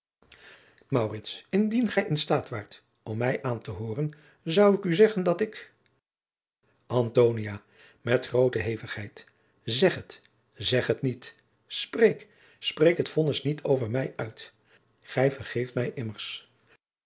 indien gij in staat waart om mij aan te hooren zou ik u zeggen dat ik antonia met groote hevigheid zeg het zeg het niet spreek spreek het vonnis niet over mij uit maar gij vergeeft mij immers